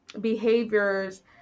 behaviors